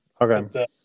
Okay